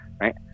right